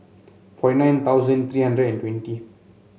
forty nine thousand three hundred and twenty